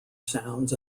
sounds